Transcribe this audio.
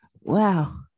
wow